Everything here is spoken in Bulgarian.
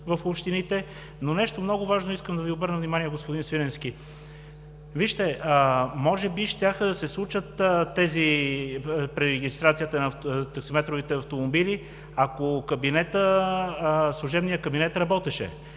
в общините. На нещо много важно искам да Ви обърна внимание, господин Свиленски. Може би щеше да се случи тази пререгистрация на таксиметровите автомобили, ако служебният кабинет работеше.